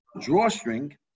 drawstring